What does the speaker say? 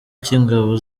cy’ingabo